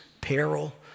peril